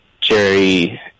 Jerry